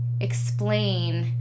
explain